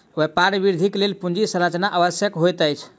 व्यापार वृद्धिक लेल पूंजी संरचना आवश्यक होइत अछि